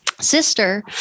sister